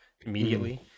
immediately